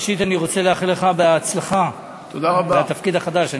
ראשית אני רוצה לאחל לך הצלחה בתפקיד החדש.